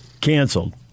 canceled